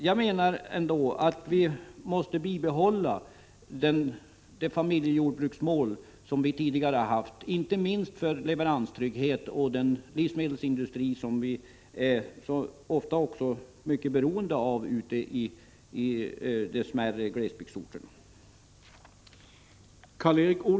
Jag menar ändå att vi måste bibehålla det familjejordbruksmål som vi tidigare har haft, inte minst för att ge leveranstrygghet åt den livsmedelsindustri som de mindre glesbygdsorterna ofta är mycket beroende av.